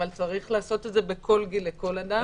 אבל צריך לעשות את זה בכל גיל לכל אדם.